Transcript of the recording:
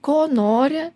ko nori